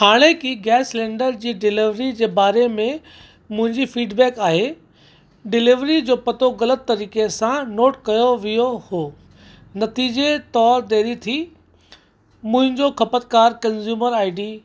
हाणेकी gas cylinder जी delivery जे बारे में मुंहिंजी फीडबैक आहे डिलेविरीअ जो पतो ग़लति तरीक़े सां नोट कयो वियो हुओ नतीजे तौर देरी थी मुंहिंजो खपतकार कंज़्यूमर आईडी